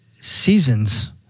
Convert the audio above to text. seasons